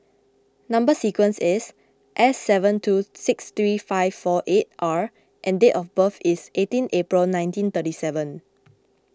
Number Sequence is S seven two six thirty five four eight R and date of birth is eighteen April nineteen thirty seven